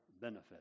benefit